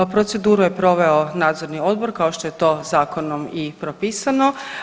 Pa proceduru je proveo nadzorni odbor kao što je to zakonom i propisano.